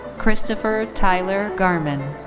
christopher tyler garmon.